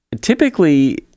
typically